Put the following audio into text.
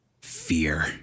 Fear